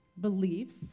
beliefs